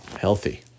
healthy